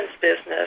business